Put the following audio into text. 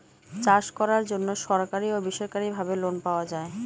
চাষ করার জন্য সরকারি ও বেসরকারি ভাবে লোন পাওয়া যায়